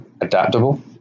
adaptable